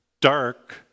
dark